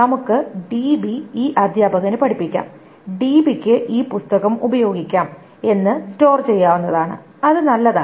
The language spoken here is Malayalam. നമുക്ക് ഡിബി ഈ അധ്യാപകന് പഠിപ്പിക്കാം ഡിബിക്ക് ഈ പുസ്തകം ഉപയോഗിക്കാം എന്ന് സ്റ്റോർ ചെയ്യാവുന്നതാണ് അത് നല്ലതാണ്